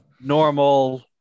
Normal